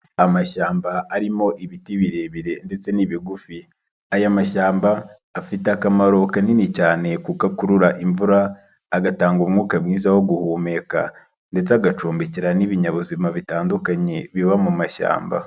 Amashyamba arimo ibiti birebire ndetse n'ibigufi, aya mashyamba afite akamaro kanini cyane kuko akurura imvura, agatanga umwuka mwiza wo guhumeka, ndetse agacumbikira n'ibinyabuzima bitandukanye biba mu mashyamba.